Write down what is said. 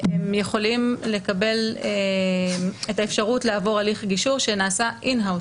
הם יכולים לקבל את האפשרות לעבור הליך גישור שנעשה in-house,